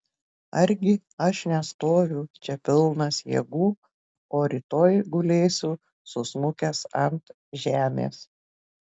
argi aš nestoviu čia pilnas jėgų o rytoj gulėsiu susmukęs ant žemės